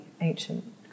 ancient